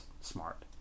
smart